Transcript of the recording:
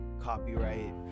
copyright